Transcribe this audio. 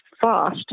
fast